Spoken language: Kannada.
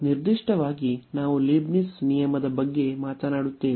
ನಿರ್ದಿಷ್ಟವಾಗಿ ನಾವು ಲೀಬ್ನಿಟ್ಜ್ ನಿಯಮದ ಬಗ್ಗೆ ಮಾತನಾಡುತ್ತೇವೆ